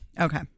Okay